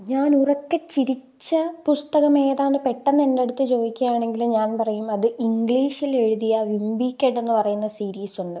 ഞാൻ ഉറക്കെ ചിരിച്ച പുസ്തകമേതാണെന്ന് പെട്ടെന്ന് എൻ്റടുത്ത് ചോദിക്കുകയാണെങ്കിൽ ഞാൻ പറയും അത് ഇംഗ്ലീഷിലെഴുതിയ വിംബി കിഡ് എന്നു പറയുന്ന സിരീസുണ്ട്